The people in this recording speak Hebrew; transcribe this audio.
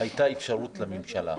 הייתה אפשרות לממשלה,